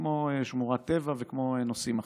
כמו שמורת טבע וכמו נושאים אחרים.